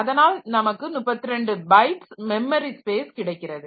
அதனால் நமக்கு 32 bytes memory space கிடைக்கிறது